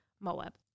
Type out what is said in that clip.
Moab